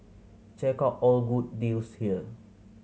check out all good deals here